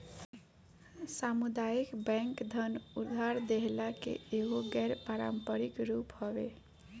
सामुदायिक बैंक धन उधार देहला के एगो गैर पारंपरिक रूप हवे